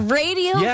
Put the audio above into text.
radio